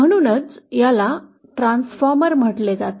म्हणूनच याला ट्रान्सफॉर्मर म्हटले जाते